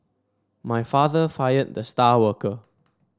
my father fired the star worker